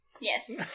Yes